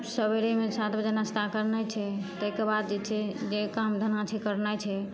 सबेरेमे सात बजे नाश्ता करनाइ छै ताहिके बाद जे छै जे काम धन्धा छै करनाइ छै